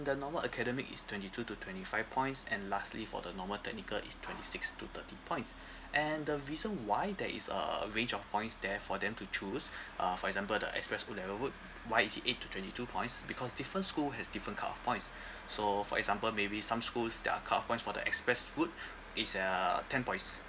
the normal academic is twenty two to twenty five points and lastly for the normal technical is twenty six to thirty points and the reason why there is a range of points there for them to choose uh for example the express O level root why is it eight to twenty two points because different school has different cut off points so for example maybe some schools their cut off points for the express root is uh ten points